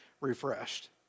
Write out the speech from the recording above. refreshed